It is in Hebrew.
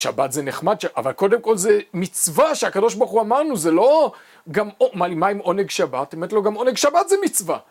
שבת זה נחמד, אבל קודם כל זה מצווה שהקדוש ברוך הוא אמרנו, זה לא גם, מה עם עונג שבת? באמת לא, גם עונג שבת זה מצווה.